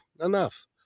enough